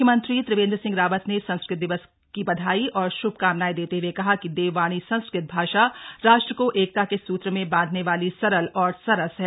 मुख्यमंत्री त्रिवेन्द्र सिंह रावत ने संस्कृत दिवस की बधाई और श्भकामनाएं देते हुए कहा कि देववाणी संस्कृत भाषा राष्ट्र को एकता के सूत्र में बांधने वाली सरल और सरस है